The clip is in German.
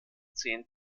zehn